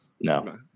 No